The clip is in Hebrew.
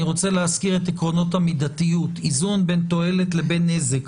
אני רוצה להזכיר את עקרונות המידתיות איזון בין תועלת לבין נזק.